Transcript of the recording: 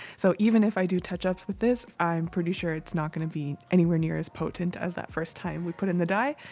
so even if i do touch-ups with this, i'm pretty sure it's not going be anywhere near as potent as that first time we put in the dye,